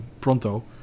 pronto